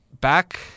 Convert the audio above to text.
back